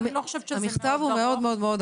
אני לא חושבת שזה מאוד ארוך.